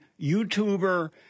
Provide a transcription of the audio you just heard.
YouTuber